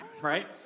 right